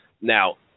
Now